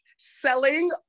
selling